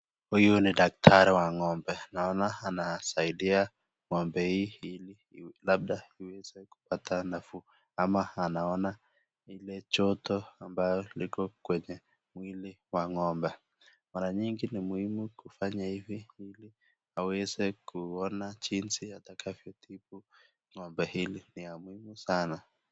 Huyu ni daktari wa ng'ombe, naona anasaidia ng'ombe hii labda iweze kupata nafuu, ama anaona ile joto ambayo iko kwenye mwili wa ng'ombe, mara nyingi ni muhimu kufanya hivi ili uweze kuona jinsi atakavyo tibu ng'ombe hili, ni ya muhimu sana.